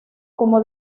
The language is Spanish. como